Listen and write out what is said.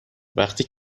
وقتی